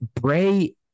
Bray